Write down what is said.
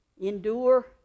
endure